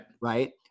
Right